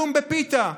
כלום בפיתה.